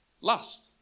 lust